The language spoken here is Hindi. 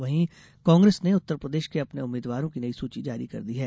वहीं कांग्रेस ने उत्तररप्रदेश के अपने उम्मीदवारों की नई सुची जारी कर दी है